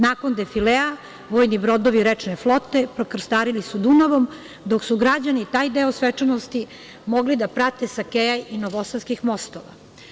Nakon defilea vojni brodovi rečne flote prokrstali su Dunavom dok su građani taj deo svečanosti mogli da prate sa novosadskih mostova.